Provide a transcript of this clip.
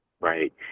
right